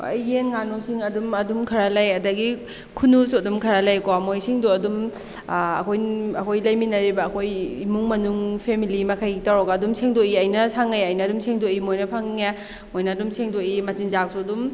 ꯑꯩ ꯌꯦꯟ ꯉꯥꯅꯨꯁꯤꯡ ꯑꯗꯨꯝ ꯑꯗꯨꯝ ꯈꯔ ꯂꯩ ꯑꯗꯨꯗꯒꯤ ꯈꯨꯅꯨꯁꯨ ꯑꯗꯨꯝ ꯈꯔ ꯂꯩꯀꯣ ꯃꯣꯏꯁꯤꯡꯗꯣ ꯑꯗꯨꯝ ꯑꯩꯈꯣꯏ ꯂꯩꯃꯤꯟꯅꯔꯤꯕ ꯑꯩꯈꯣꯏ ꯏꯃꯨꯡ ꯃꯅꯨꯡ ꯐꯦꯃꯤꯂꯤ ꯃꯈꯩ ꯇꯧꯔꯒ ꯑꯗꯨꯝ ꯁꯦꯡꯗꯣꯛꯏ ꯑꯩꯅ ꯁꯪꯉꯦ ꯑꯩꯅ ꯑꯗꯨꯝ ꯁꯦꯡꯗꯣꯛꯏ ꯃꯣꯏꯅ ꯐꯪꯉꯦ ꯃꯣꯏꯅ ꯑꯗꯨꯝ ꯁꯦꯡꯗꯣꯛꯏ ꯃꯆꯤꯟꯖꯥꯛꯁꯨ ꯑꯗꯨꯝ